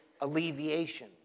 alleviation